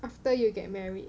after you get married